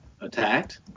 attacked